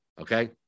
Okay